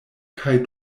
kaj